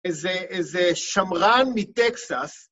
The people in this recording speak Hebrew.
איזה, איזה שמרן מטקסס.